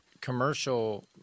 commercial